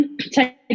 take